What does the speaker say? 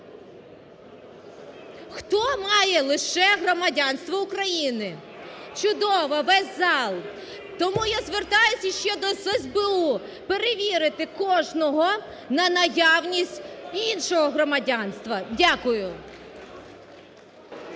Хто має лише громадянство України? Чудово, весь зал. Тому я звертаюсь іще до СБУ перевірити кожного на наявність іншого громадянства. Дякую.